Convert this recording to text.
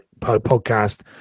podcast